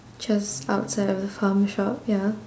just outside of the farm shop ya